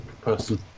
person